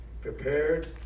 prepared